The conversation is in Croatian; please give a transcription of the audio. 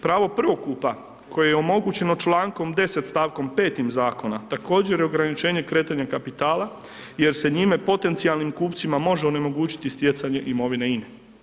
Pravo prvokupa koje je omogućeno člankom 10. stavkom 5.-tim zakona također je ograničenje kretanja kapitala jer se njime potencijalnim kupcima može onemogućiti stjecanje imovine INE.